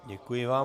Děkuji vám.